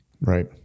Right